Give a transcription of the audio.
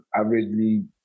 averagely